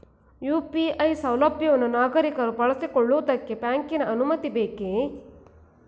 UPI ಸೌಲಭ್ಯವನ್ನು ನಾಗರಿಕರು ಬಳಸಿಕೊಳ್ಳುವುದಕ್ಕೆ ಬ್ಯಾಂಕಿನ ಅನುಮತಿ ಬೇಕೇ?